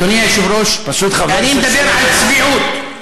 אני מדבר על צביעות.